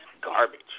garbage